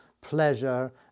pleasure